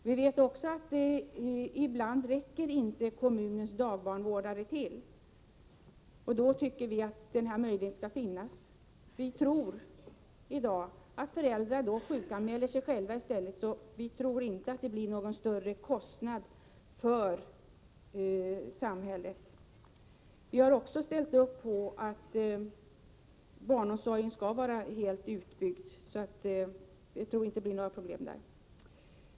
Vi vet också att kommunens dagbarnvårdare ibland inte räcker till, och då tycker vi att möjligheten till tillfällig föräldrapenning skall finnas. Vi tror att föräldrar nu sjukanmäler sig själva i stället, så vi tror inte att förslaget skulle innebära någon större kostnad för samhället. Vi har också ställt upp bakom förslaget att barnomsorgen skall vara helt utbyggd, så vi tror inte att det blir några problem med detta.